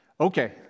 Okay